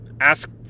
ask